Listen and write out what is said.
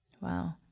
Wow